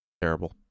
Terrible